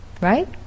Right